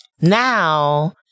Now